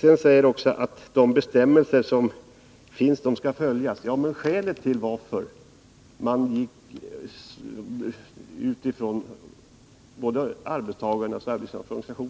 Det framhölls också att de bestämmelser som finns skall följas. Ja, men 15 att öka säkerheten vid takarbeten skälet till att arbetstagarnas organisationer,